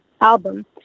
album